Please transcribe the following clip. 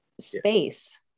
space